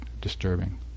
disturbing